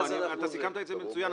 אתה סיכמת את זה מצוין.